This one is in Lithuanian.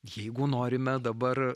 jeigu norime dabar